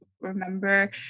remember